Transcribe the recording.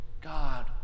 God